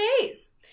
days